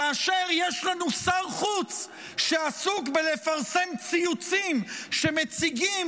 כאשר יש לנו שר חוץ שעסוק בלפרסם ציוצים שמציגים